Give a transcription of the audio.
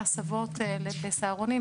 והסבות לסהרונים,